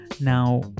Now